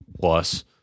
plus